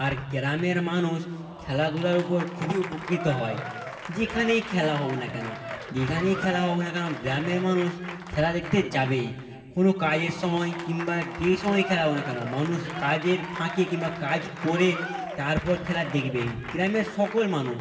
আর গ্রামের মানুষ খেলাধুলার উপর খুবই উপকৃত হয় যেখানেই খেলা হোক না কেন যেখানেই খেলা হোক না কেন গ্রামের মানুষ খেলা দেখতে যাবেই কোনো কাজের সময় কিংবা যে সময় খেলা হোক না কেন মানুষ কাজের ফাঁকে কিংবা কাজ করে তারপর খেলা দেখবেই গ্রামের সকল মানুষ